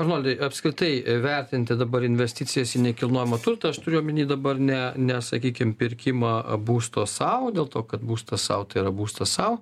arnoldai apskritai įvertinti dabar investicijas į nekilnojamą turtą aš turiu omeny dabar ne ne sakykim pirkimą būsto sau dėl to kad būstas sau tai yra būstas sau